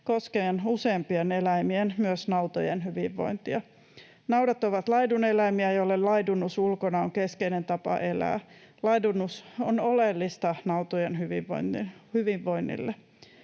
koskien useimpien eläimien, myös nautojen, hyvinvointia. Naudat ovat laiduneläimiä, joille laidunnus ulkona on keskeinen tapa elää. Laidunnus on oleellista nautojen hyvinvoinnille.